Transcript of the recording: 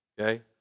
okay